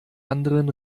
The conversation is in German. anderen